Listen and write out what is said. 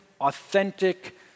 authentic